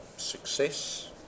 Success